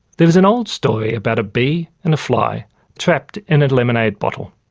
there is an old story about a bee and a fly trapped in a lemonade bottle.